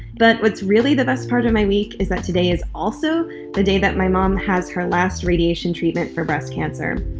but what's really the best part of my week is that today is also the day that my mom has her last radiation treatment for breast cancer.